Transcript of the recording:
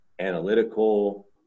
analytical